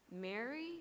Mary